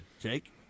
jake